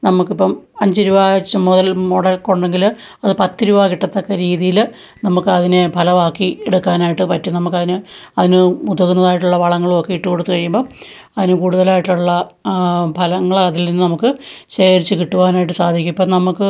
നമ്മള്ക്കിപ്പോള് അഞ്ചുരൂപവെച്ച് മുതൽ മുടക്കുണ്ടെങ്കില് അത് പത്ത് രൂപ കിട്ടത്തക്കരീതിയില് നമ്മക്കതിനെ ഫലമാക്കി എടുക്കാനായിട്ട് പറ്റും നമ്മള്ക്കതിന് അതിന് ഉതകുന്നതായിട്ടുള്ള വളങ്ങളുമൊക്കെ ഇട്ടുകൊടുത്ത് കഴിയുമ്പോള് അതിന് കൂടുതലായിട്ടുള്ള ആ ഫലങ്ങൾ അതിൽനിന്ന് നമുക്ക് ശേഖരിച്ച് കിട്ടുവാനായിട്ട് സാധിക്കും ഇപ്പോള് നമ്മള്ക്ക്